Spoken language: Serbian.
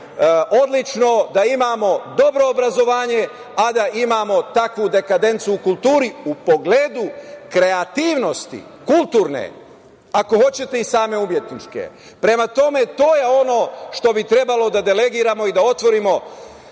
da imamo dobro obrazovanje, a da imamo takvu dekadencu u kulturi u pogledu kreativnosti kulturne, ako hoćete i same umetničke. Prema tome, to je ono što bi trebalo da delegiramo i da otvorimo.